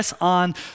on